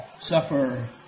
suffer